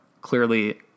clearly